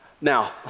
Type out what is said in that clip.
Now